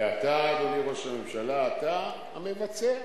ואתה, אדוני ראש הממשלה, אתה המבצע,